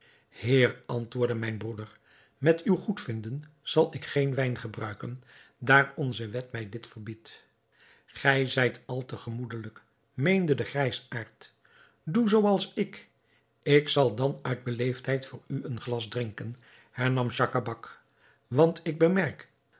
heer antwoordde mijn broeder met uw goedvinden zal ik geen wijn gebruiken daar onze wet mij dit verbiedt gij zijt al te gemoedelijk meende de grijsaard doe zoo als ik ik zal dan uit beleefdheid voor u een glas drinken hernam schacabac want ik bemerk